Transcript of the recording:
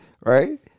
right